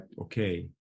okay